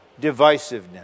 divisiveness